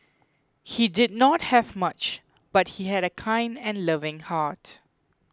he did not have much but he had a kind and loving heart